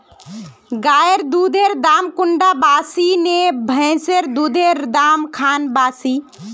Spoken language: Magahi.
गायेर दुधेर दाम कुंडा बासी ने भैंसेर दुधेर र दाम खान बासी?